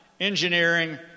engineering